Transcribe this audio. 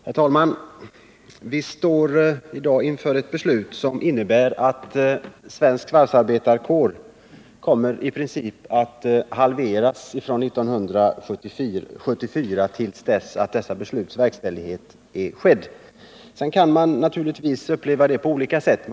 Herr talman! Vi står i dag inför ett beslut som innebär att den svenska varvsarbetarkåren i princip kommer att halveras, räknat från 1974 till dess att det ifrågavarande förslaget förverkligats. Naturligtvis kan man uppleva detta på olika sätt.